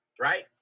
right